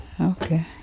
Okay